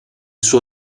suo